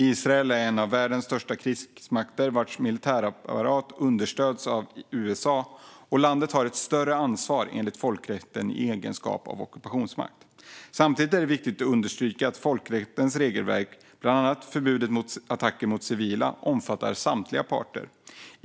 Israel är en av världens största krigsmakter vars militärapparat understöds av USA, och landet har ett större ansvar enligt folkrätten i egenskap av ockupationsmakt. Samtidigt är det viktigt att understryka att folkrättens regelverk, bland annat förbudet mot attacker mot civila, omfattar samtliga parter.